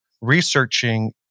researching